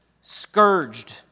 scourged